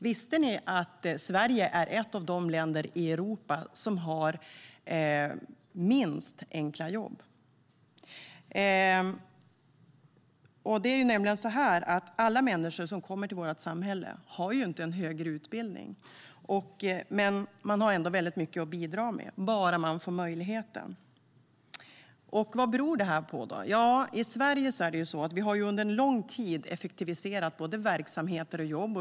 Visste ni att Sverige är ett av de länder i Europa som har lägst andel enkla jobb? Alla människor som kommer till vårt samhälle har inte en högre utbildning, men man har ändå väldigt mycket att bidra med - bara man får möjligheten. Vad beror det på? Jo, i Sverige har vi under lång tid effektiviserat både verksamheter och jobb.